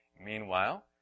Meanwhile